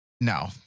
No